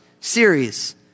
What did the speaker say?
series